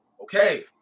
okay